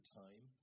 time